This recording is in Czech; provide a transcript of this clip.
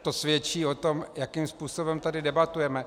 To svědčí o tom, jakým způsobem tady debatujeme.